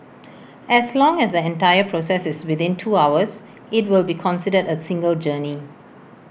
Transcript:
as long as the entire process within two hours IT will be considered A single journey